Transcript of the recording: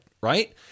right